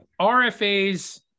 RFAs